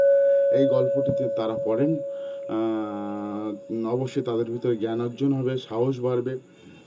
এই গল্পটিতে তাঁরা পড়েন অবশ্যই তাদের ভিতরে জ্ঞানার্জন হবে সাহস বাড়বে